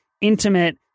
intimate